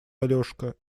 алешка